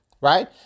right